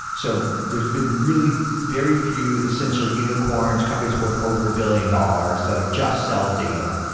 so there're been really very few essential unicorns, companies worth over a billion dollars that just sell data,